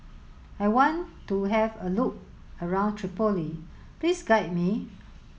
I want to have a look around Tripoli please guide me